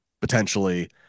Potentially